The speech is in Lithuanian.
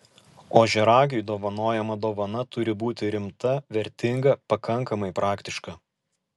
ožiaragiui dovanojama dovana turi būti rimta vertinga pakankamai praktiška